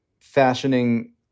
fashioning